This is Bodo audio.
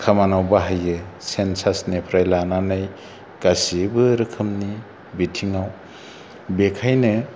खामानआव बाहायो सेनसासनिफ्राय लानानै गासैबो रोखोमनि बिथिङाव बेखायनो